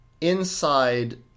inside